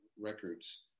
records